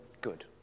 good